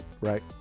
right